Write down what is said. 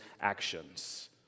actions